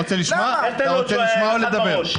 אתה רוצה לשמוע או לדבר?